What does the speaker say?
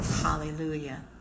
Hallelujah